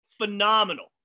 Phenomenal